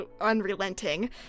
unrelenting